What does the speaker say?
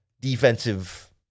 defensive